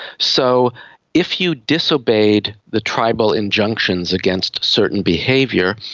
so if you disobeyed the tribal injunctions against certain behaviour,